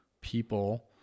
people